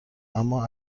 اما